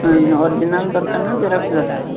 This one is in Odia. ଓରିଜିନାଲ୍ ଦରକାର ନା ଜେରସ୍କ୍ ଦରକାର